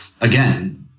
again